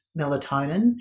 melatonin